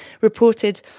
reported